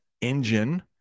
engine